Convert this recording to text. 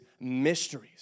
mysteries